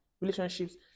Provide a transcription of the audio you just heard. relationships